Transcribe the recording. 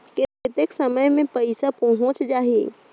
कतेक समय मे पइसा पहुंच जाही?